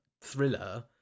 thriller